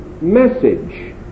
message